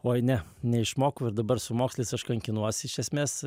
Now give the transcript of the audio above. oi ne neišmokau ir dabar su mokslais aš kankinuosi iš esmės